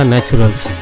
Naturals